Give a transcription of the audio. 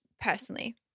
personally